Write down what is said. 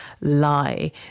lie